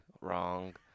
wrong